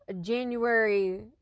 january